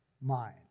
mind